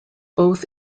both